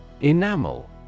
Enamel